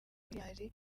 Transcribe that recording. miliyari